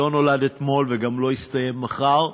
לא נולד אתמול וגם לא יסתיים מחר,